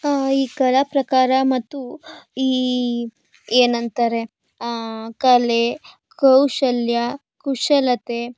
ಈ ಕಲಾಪ್ರಕಾರ ಮತ್ತು ಈ ಏನಂತಾರೆ ಕಲೆ ಕೌಶಲ್ಯ ಕುಶಲತೆ